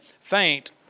faint